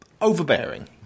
overbearing